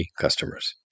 customers